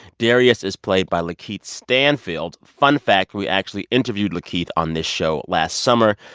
darius is played by lakeith stanfield. fun fact we actually interviewed lakeith on this show last summer.